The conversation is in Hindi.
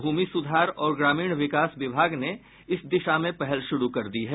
भूमि सुधार और ग्रामीण विकास विभाग ने इस दिशा में पहल शुरू कर दी है